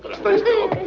stay still,